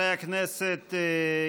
חברי הכנסת,